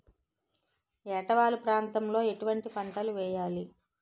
ఏటా వాలు ప్రాంతం లో ఎటువంటి పంటలు వేయాలి?